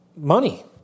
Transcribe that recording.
money